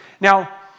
Now